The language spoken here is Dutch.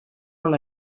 wel